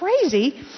crazy